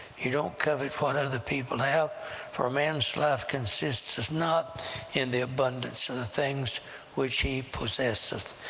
you don't covet what other people have for a man's life consisteth not in the abundance of the things which he possesseth.